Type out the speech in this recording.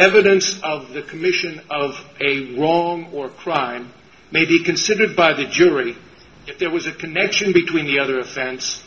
evidence of the commission of a wrong or crime may be considered by the jury there was a connection between the other offense